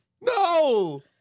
No